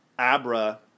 Abra